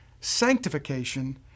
sanctification